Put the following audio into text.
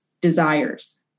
desires